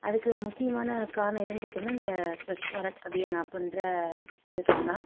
அதுக்கு முக்கியமான காரணம் எதுன்னு பாத்தோனா இந்த ஸ்வச் பாரத் அபியான் அப்புன்ற இயக்கந்தான்